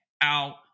out